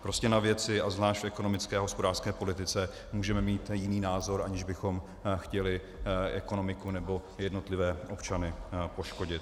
Prostě na věci, a zvláště v ekonomické a hospodářské politice, můžeme mít jiný názor, aniž bychom chtěli ekonomiku nebo jednotlivé občany poškodit.